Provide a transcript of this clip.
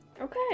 Okay